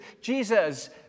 Jesus